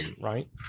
right